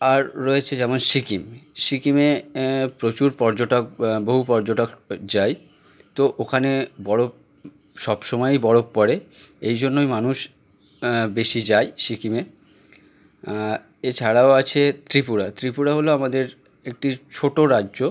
আর রয়েছে যেমন সিকিম সিকিমে প্রচুর পর্যটক বহু পর্যটক যায় তো ওখানে বরফ সব সমায়েই বরফ পড়ে এই জন্যই মানুষ বেশি যায় সিকিমে এছাড়াও আছে ত্রিপুরা ত্রিপুরা হল আমাদের একটি ছোট রাজ্য